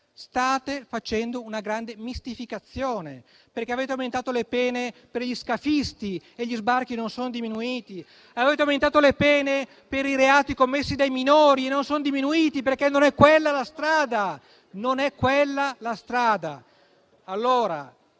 state facendo una grande mistificazione. Avete aumentato le pene per gli scafisti e gli sbarchi non sono diminuiti. Avete aumentato le pene per i reati commessi dai minori ed essi non sono diminuiti. Non è quella la strada.